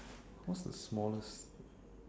what's the smallest